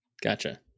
Gotcha